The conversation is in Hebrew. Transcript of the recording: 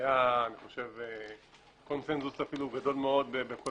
אני חושב שהיה קונצנזוס גדול מאוד בכל